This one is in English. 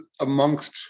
amongst